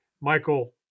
michael